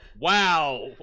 Wow